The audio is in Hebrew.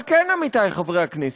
אבל כן, עמיתי חברי הכנסת,